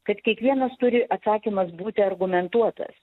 kad kiekvienas turi atsakymas būti argumentuotas